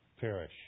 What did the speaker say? perish